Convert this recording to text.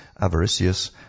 avaricious